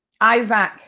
Isaac